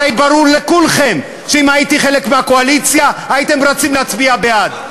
הרי ברור לכולכם שאם הייתי חלק מהקואליציה הייתם רצים להצביע בעד.